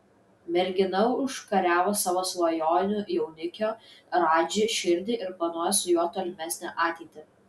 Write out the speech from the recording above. mergina užkariavo savo svajonių jaunikio radži širdį ir planuoja su juo tolimesnę ateitį